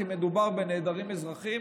כי מדובר בנעדרים אזרחיים,